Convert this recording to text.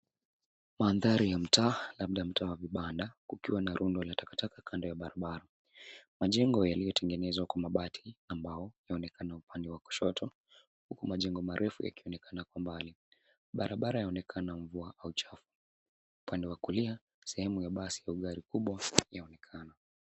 Mandhari ya mtaa, labda mtaa wa vibanda, kukiwa na rundo la takataka kando ya barabara. Majengo yaliyotengenezwa kwa mabati, ambao huonekana upande wa kushoto huku majengo marefu yakionekana kwa mbali. Barabara yaonekana mkubwa au chafu. Upande wa kulia sehemu ya basi au gari kubwa uliyoonekana.